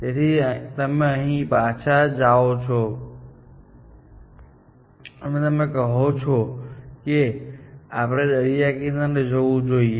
તેથી તમે અહીંથી પાછા જાઓ છો અને તમે કહો છો કે આપણે દરિયા કિનારે જવું જોઈએ